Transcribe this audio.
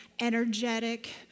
energetic